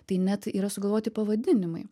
tai net yra sugalvoti pavadinimai